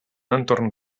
entorn